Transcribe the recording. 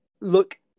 look